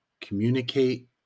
communicate